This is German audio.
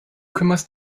kümmerst